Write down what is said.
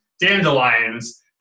dandelions